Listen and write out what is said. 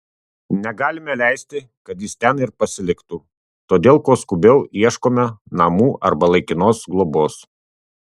negalime leisti kad jis ten ir pasiliktų todėl kuo skubiau ieškome namų arba laikinos globos